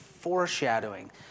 foreshadowing